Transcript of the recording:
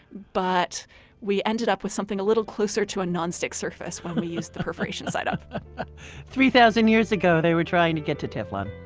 but we ended up with something a little closer to a non-stick surface when we used the perforation side up three thousand years ago they were trying to get to teflon